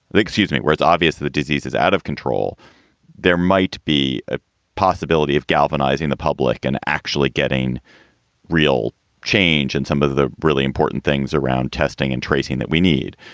excuse me. where it's obvious the the disease is out of control there might be a possibility of galvanizing the public and actually getting real change in some of the really important things around testing and tracing that we need.